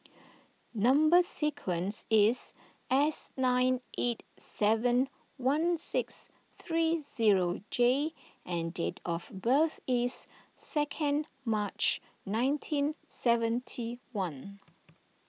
Number Sequence is S nine eight seven one six three zero J and date of birth is second March nineteen seventy one